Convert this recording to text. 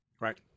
Right